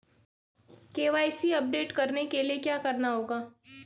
KYC update करने के लिए क्या करना होगा?